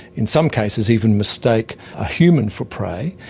in some cases, even mistake a human for prey,